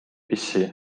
bbc